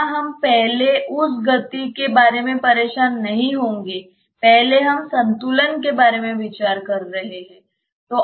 यहां हम पहले उस गति के बारे में परेशान नहीं होंगे पहले हम संतुलन के बारे में विचार कर रहे हैं